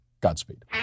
Godspeed